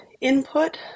input